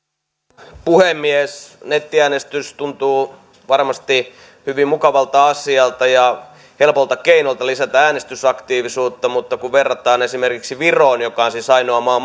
arvoisa puhemies nettiäänestys tuntuu varmasti hyvin mukavalta asialta ja helpolta keinolta lisätä äänestysaktiivisuutta mutta kun verrataan esimerkiksi viroon joka on siis maailman ainoa maa